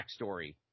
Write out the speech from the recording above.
backstory